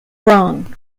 wrong